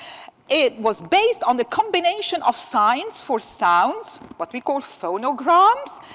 it was based on the combination of signs for sounds, what we call phonograms,